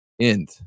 end